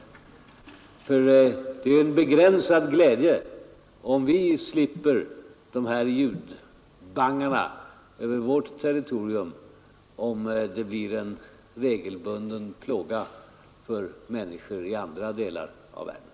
Det är nämligen en begränsad glädje om vi slipper de här ljudbangarna över vårt territorium, men de blir en regelbunden plåga för människor i andra delar av världen.